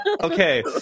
Okay